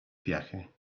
viaje